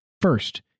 First